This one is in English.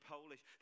Polish